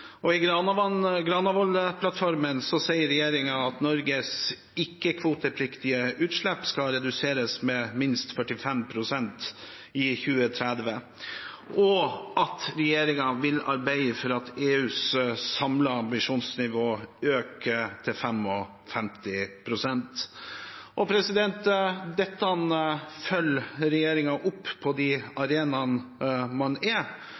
I Granavolden-plattformen sier regjeringen at Norges ikke-kvotepliktige utslipp skal reduseres med minst 45 pst. i 2030, og at regjeringen vil arbeide for at EUs samlede ambisjonsnivå øker til 55 pst. Dette følger regjeringen opp på de arenaene hvor man er.